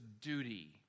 duty